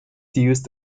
used